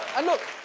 and look,